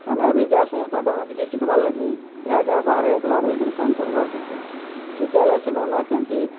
ଆମେ ବି ଯାଏସୁ ତାକର୍ ନୁ କିଛି ଶିଖିବାର୍ ଲାଗି ଈହା କେ ବାହାରେ ଏକଲା ରହିକିରି କାମ୍ କରବାର୍ କେ ପଡ଼ସି ସେତେବେଲେ ସେନ ନା କେନସି